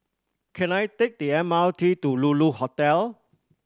can I take the M R T to Lulu Hotel